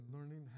learning